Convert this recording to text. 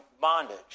bondage